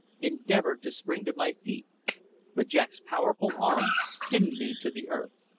endeavoured to spring to my feet but jack's powerful arm pinned me to the earth.